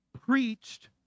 preached